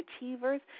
achievers